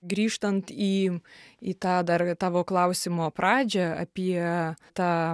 grįžtant į į tą dar tavo klausimo pradžią apie tą